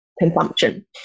Consumption